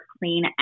clean